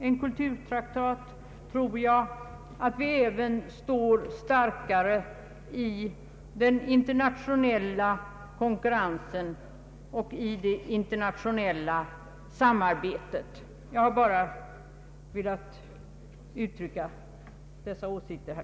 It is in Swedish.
En kulturtraktat tror jag skall bidra till att vi kommer att stå starkare också i den internationella konkurrensen och i det internationella samarbetet. Jag har, herr talman, bara velat ge uttryck för dessa synpunkter.